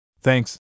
Thanks